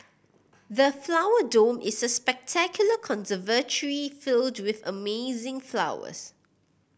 the Flower Dome is a spectacular conservatory filled with amazing flowers